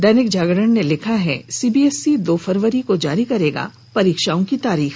दैनिक जागरण ने लिखा है सीबीएसई दो फरवरी को जारी करेगा परीक्षाओ की तारीख